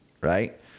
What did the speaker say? right